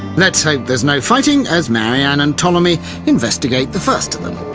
let's hope there's no fighting, as marianne and ptolemy investigate the first of them. a